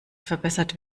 verbessert